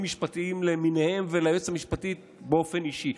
משפטיים למיניהם וכלפי היועצת המשפטית באופן אישי.